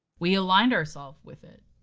we aligned ourselves with it.